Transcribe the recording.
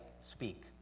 speak